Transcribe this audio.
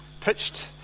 pitched